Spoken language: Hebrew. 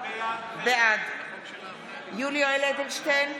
בעד יולי יואל אדלשטיין,